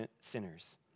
sinners